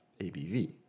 ABV